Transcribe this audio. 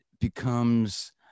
becomes